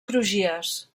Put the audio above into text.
crugies